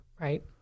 Right